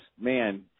man